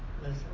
Listen